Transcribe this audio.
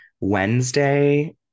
Wednesday